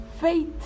faith